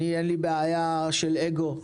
אין לי בעיה של אגו,